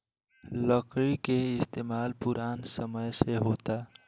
लकड़ी के इस्तमाल पुरान समय से होता